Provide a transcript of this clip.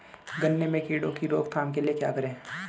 गन्ने में कीड़ों की रोक थाम के लिये क्या करें?